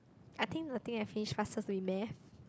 I think the thing I finish fastest will be math